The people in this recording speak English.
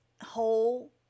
whole